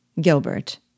Gilbert